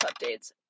updates